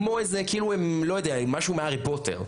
כמו משהו מהארי פוטר,